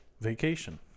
Vacation